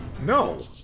No